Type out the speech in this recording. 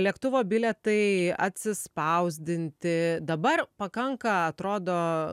lėktuvo bilietai atsispausdinti dabar pakanka atrodo